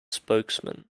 spokesman